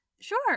Sure